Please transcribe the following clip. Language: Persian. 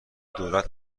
دولت